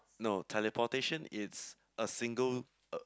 no teleportation it's a single uh